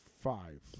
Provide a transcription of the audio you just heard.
five